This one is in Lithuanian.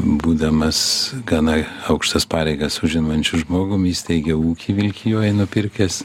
būdamas gana aukštas pareigas užimančiu žmogum įsteigė ūkį vilkijoj nupirkęs